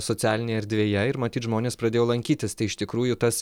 socialinėj erdvėje ir matyt žmonės pradėjo lankytis tai iš tikrųjų tas